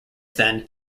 then